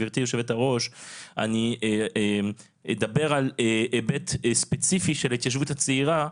גברתי יושבת הראש אני אדבר על היבט ספציפי של ההתיישבות הצעירה,